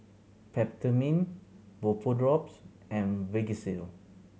Peptamen Vapodrops and Vagisil